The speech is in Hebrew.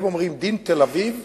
הם אומרים: דין תל-אביב